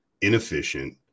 inefficient